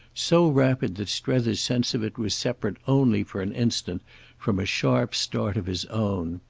so rapid that strether's sense of it was separate only for an instant from a sharp start of his own.